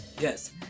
Yes